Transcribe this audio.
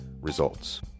results